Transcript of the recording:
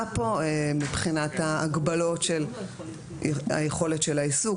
פה מבחינת ההגבלות של היכולת של העיסוק,